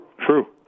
true